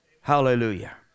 hallelujah